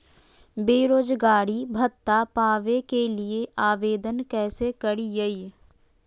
बेरोजगारी भत्ता पावे के लिए आवेदन कैसे करियय?